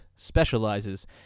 Specializes